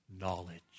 Knowledge